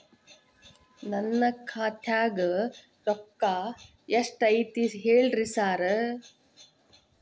ನನ್ ಖಾತ್ಯಾಗ ರೊಕ್ಕಾ ಎಷ್ಟ್ ಐತಿ ಹೇಳ್ರಿ ಸಾರ್?